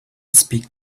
speak